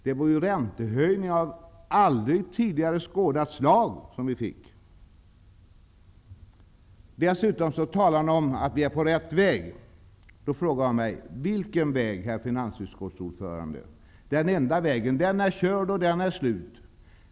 Det var ju räntehöjningar av aldrig tidigare skådat slag vi fick. Dessutom talade Per-Ola Eriksson om att vi var på rätt väg. Vilken väg, herr finansutskottsordförande? ''Den enda vägen'' är körd. Den är slut.